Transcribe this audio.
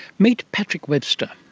meet patrick webster.